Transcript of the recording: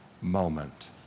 moment